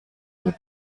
die